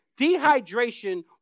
Dehydration